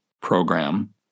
program